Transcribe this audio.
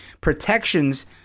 protections